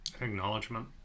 Acknowledgement